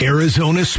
Arizona